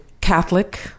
catholic